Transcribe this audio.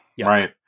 right